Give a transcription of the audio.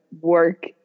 work